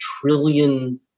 trillion